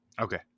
Okay